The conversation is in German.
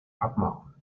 abmachung